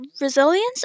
resilience